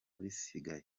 bisigaye